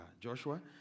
Joshua